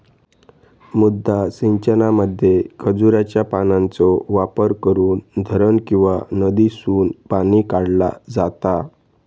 मुद्दा सिंचनामध्ये खजुराच्या पानांचो वापर करून धरण किंवा नदीसून पाणी काढला जाता